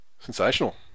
sensational